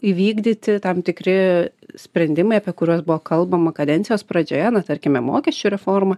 įvykdyti tam tikri sprendimai apie kuriuos buvo kalbama kadencijos pradžioje na tarkime mokesčių reforma